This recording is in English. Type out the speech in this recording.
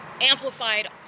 amplified